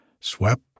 swept